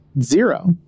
zero